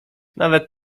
nawet